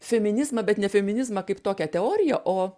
feminizmą bet ne feminizmą kaip tokią teoriją o